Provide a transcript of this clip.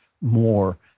more